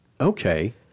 Okay